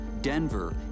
Denver